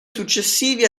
successivi